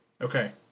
Okay